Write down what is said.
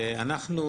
אנחנו,